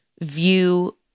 view